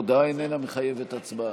ההודעה אינה מחייבת הצבעה,